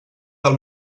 del